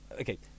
Okay